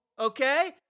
Okay